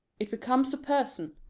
it becomes a person.